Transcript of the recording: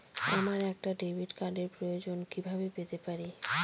আমার একটা ডেবিট কার্ডের প্রয়োজন কিভাবে পেতে পারি?